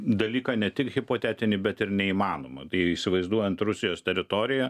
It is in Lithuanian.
dalyką ne tik hipotetinį bet ir neįmanomą tai įsivaizduojant rusijos teritoriją